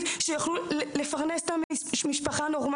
כדי שהם יוכלו לפרנס את המשפחה בכבוד?